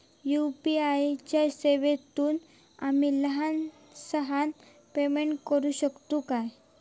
UPI च्या सेवेतून आम्ही लहान सहान पेमेंट करू शकतू काय?